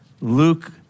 Luke